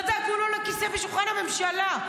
ולא דאגו לו לכיסא בשולחן הממשלה.